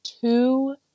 two